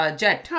jet